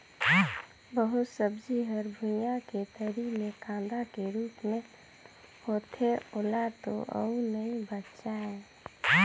बहुत सब्जी हर भुइयां के तरी मे कांदा के रूप मे होथे ओला तो अउ नइ बचायें